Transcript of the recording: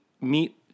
meet